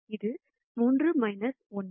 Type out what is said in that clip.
இது 3 1 n n by n